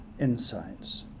insights